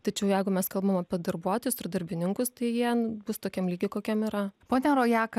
tačiau jeigu mes kalbam apie darbuotojus ir darbininkus tai jie bus tokiam lygyje kokiam yra ponia rojaka